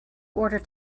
order